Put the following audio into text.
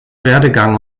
werdegang